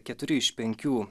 keturi iš penkių